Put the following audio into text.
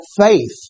faith